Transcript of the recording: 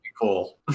Cool